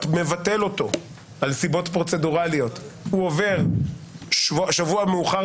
מבטל אותו על סיבות פרוצדורליות הוא עובר שבוע מאוחר